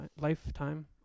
lifetime